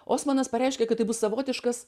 osmanas pareiškia kad tai bus savotiškas